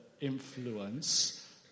influence